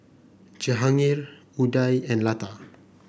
Jehangirr Udai and Lata